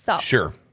Sure